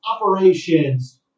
Operations